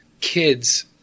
kids